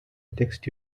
text